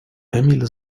emil